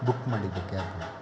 book ಮಾಡಿದ್ದೆ cab